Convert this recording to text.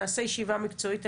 נעשה ישיבה מקצועית.